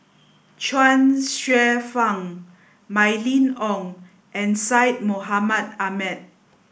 Chuang Hsueh Fang Mylene Ong and Syed Mohamed Ahmed